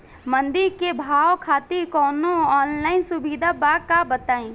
मंडी के भाव खातिर कवनो ऑनलाइन सुविधा बा का बताई?